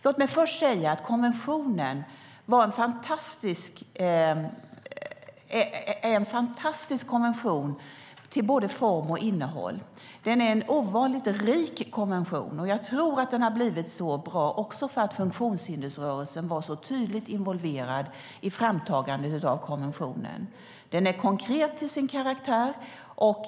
Jag vill säga att det är en fantastisk konvention till både form och innehåll. Det är en ovanligt rik konvention, konkret till sin karaktär, och jag tror att den har blivit så bra för att funktionshindersrörelsen varit tydligt involverad i framtagandet av den.